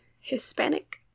Hispanic